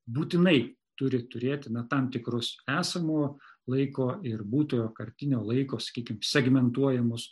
būtinai turi turėti na tam tikrus esamo laiko ir būtojo kartinio laiko sakykim segmentuojamus